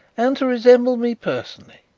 and to resemble me personally?